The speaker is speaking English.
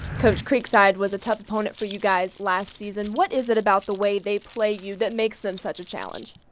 coach creekside was a tough opponent for you guys last season. what is it about the way they play you that makes them such a challenge?